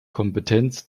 kompetenz